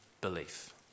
belief